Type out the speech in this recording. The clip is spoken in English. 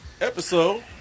episode